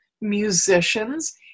musicians